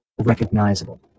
recognizable